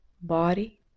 body